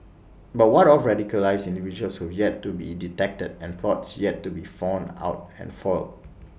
but what of radicalised individuals who've yet to be detected and plots yet to be found out and foiled